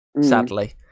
Sadly